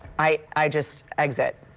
i i just exit.